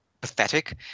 pathetic